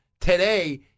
today